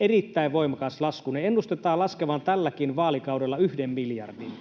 erittäin voimakas lasku. Niiden ennustetaan laskevan tälläkin vaalikaudella yhden miljardin.